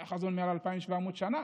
היה חזון מעל 2,700 שנה,